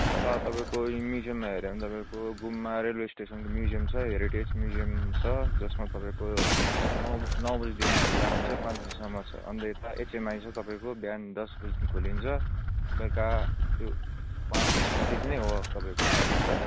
यता तपाईँको म्युजियममा हेऱ्यो भने तपाईँको घुममा रेलवे स्टेसनको म्युजियम छ हेरिटेज म्युजियम छ जसमा तपाईँको नौ नौ बजीदेखि खुला हुन्छ पाँच बजीसम्म छ अन्त यता एचएमआई छ तपाईँको बिहान दस बजीदेखि खोलिन्छ बेलुका त्यो पाँच बजिसम्म त्यति नै हो तपाईँको टाइमिङ त